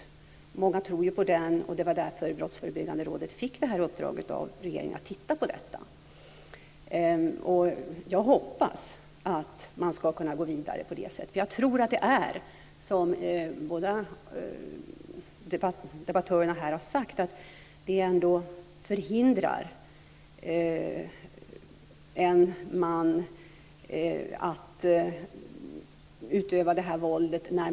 Många tror ju på den. Det var därför som Brottsförebyggande rådet fick i uppdrag av regeringen att titta på detta. Jag hoppas att man ska kunna gå vidare på det sättet. Jag tror att det är så som båda debattörerna här har sagt att det ändå förhindrar en man att utöva det här våldet.